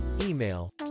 email